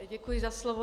Děkuji za slovo.